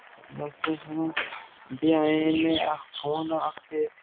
یَتھ کیاہ چھِ وَنان بیٚیہِ آیے مےٚ اَکھ فون اَکھ تہِ